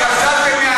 גזלתם,